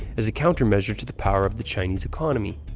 as a countermeasure to the power of the chinese economy.